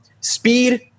speed